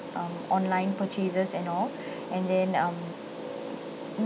um online purchases and all and then um